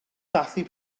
dathlu